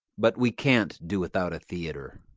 but we can't do without a theatre.